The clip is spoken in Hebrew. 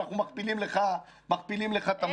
אנחנו מכפילים לך את המחיר.